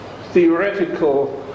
theoretical